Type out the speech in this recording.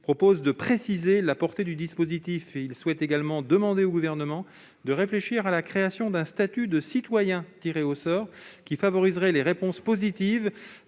proposent de préciser la portée du dispositif. Ils souhaitent également demander au Gouvernement de réfléchir à la création d'un statut de « citoyen tiré au sort », qui favoriserait les réponses positives